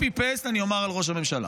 copy-paste, אני אומר על ראש הממשלה,